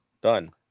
Done